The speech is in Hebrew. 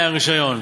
רישיון,